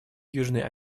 южной